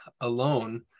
alone